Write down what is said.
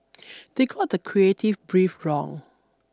they got the creative brief wrong